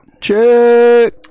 check